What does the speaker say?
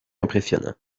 impressionnant